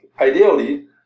Ideally